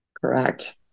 Correct